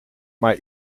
maar